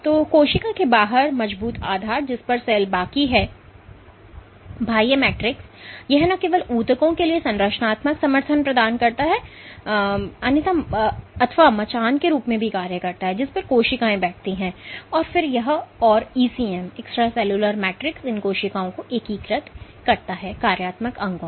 तो कोशिका के बाहर मजबूत आधार जिस पर सेल बाकी है बाह्य मैट्रिक्स यह न केवल ऊतकों के लिए संरचनात्मक समर्थन प्रदान करता है यह मचान के रूप में कार्य करता है जिस पर कोशिकाएं बैठती हैं और फिर यह और ECM इन कोशिकाओं को एकीकृत करता है कार्यात्मक अंगों में